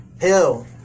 hell